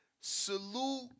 salute